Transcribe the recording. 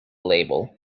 label